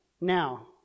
Now